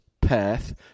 Perth